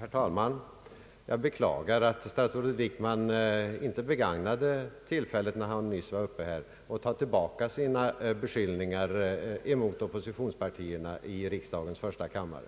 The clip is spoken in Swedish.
Herr talman! Jag beklagar att statsrådet Wickman inte begagnade tillfället, när han talade nyss, att ta tillbaka sina beskyllningar mot oppositionspartierna i riksdagens första kammare.